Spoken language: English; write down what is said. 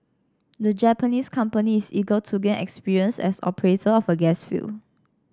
the Japanese company is eager to gain experience as operator of a gas field